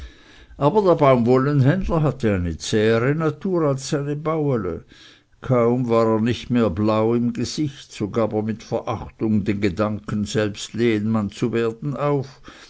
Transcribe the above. aber der baumwollenhändler hatte eine zähere natur als seine bauele kaum war er nicht mehr blau im gesicht so gab er mit verachtung den gedanken selbst lehenmann zu werden auf